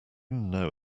know